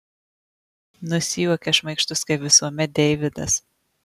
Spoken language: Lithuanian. nusijuokia šmaikštus kaip visuomet deividas